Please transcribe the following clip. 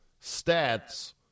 stats